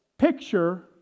picture